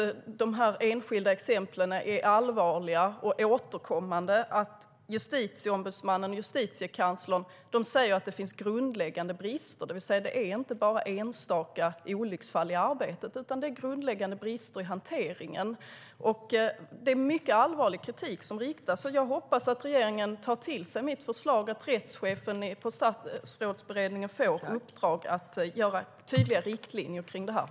De enskilda exemplen är allvarliga och återkommande, och Justitieombudsmannen och Justitiekanslern säger att det finns grundläggande brister i hanteringen, det vill säga inte bara enstaka olycksfall i arbetet. Det är en mycket allvarlig kritik som riktas. Jag hoppas att regeringen tar till sig mitt förslag att rättschefen på Statsrådsberedningen ska få i uppdrag att utarbeta tydliga riktlinjer för detta.